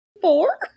four